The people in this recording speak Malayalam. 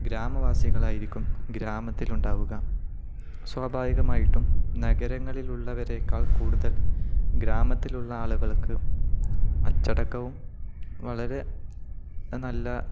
ഗ്രാമവാസികളായിരിക്കും ഗ്രാമത്തിലുണ്ടാവുക സ്വാഭാവികമായിട്ടും നഗരങ്ങളിലുള്ളവരെേക്കാൾ കൂടുതൽ ഗ്രാമത്തിലുള്ള ആളുകൾക്ക് അച്ചടക്കവും വളരെ നല്ല